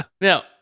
Now